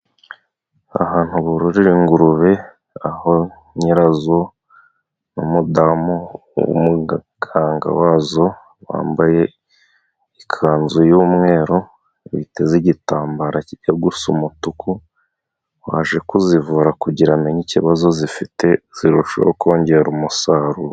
Ahantu bororera ingurube aho nyirazo n' umudamu w'umugaganga wazo wambaye ikanzu y'umweru witeze igitambara kijya gusa umutuku waje kuzivura kugira amenye ikibazo zifite zirusheho kongera umusaruro.